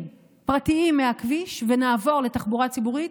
פרטיים מהכביש ונעבור לתחבורה הציבורית,